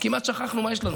כמעט שכחנו מה יש לנו.